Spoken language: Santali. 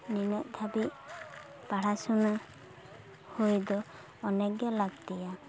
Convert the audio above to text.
ᱱᱤᱱᱟᱹᱜ ᱫᱷᱟᱹᱵᱤᱡ ᱯᱚᱲᱟ ᱥᱩᱱᱟ ᱦᱩᱭ ᱫᱚ ᱚᱱᱮ ᱜᱮ ᱞᱟᱹᱠᱛᱤᱭᱟ